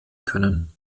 können